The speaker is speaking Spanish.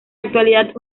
actualidad